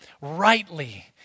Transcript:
rightly